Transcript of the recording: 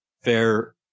fair